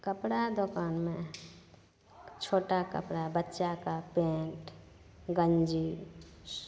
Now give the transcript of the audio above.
कपड़ा दोकानमे छोटा कपड़ा बच्चाके पैन्ट गञ्जी